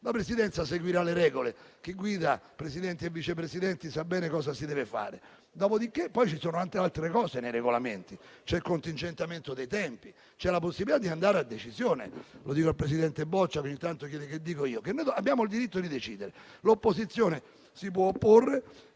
la Presidenza seguirà le regole. Il Presidente e i Vice Presidenti sanno bene cosa si deve fare. Dopodiché, ci sono tante altre previsioni nei regolamenti: c'è il contingentamento dei tempi, c'è la possibilità di prendere una decisione. Lo dico al presidente Boccia, che ogni tanto chiede cosa ne penso. Noi abbiamo il diritto di decidere. L'opposizione si può opporre,